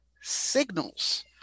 signals